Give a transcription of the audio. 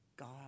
God